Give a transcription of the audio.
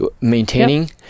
maintaining